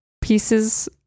pieces